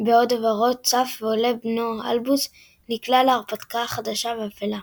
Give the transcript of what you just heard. בעוד עברו צף ועולה ובנו אלבוס נקלע להרפתקה חדשה ואפלה.